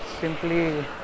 simply